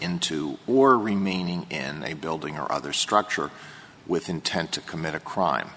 into or remaining in a building or other structure with intent to commit a crime